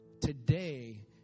Today